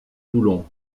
toulon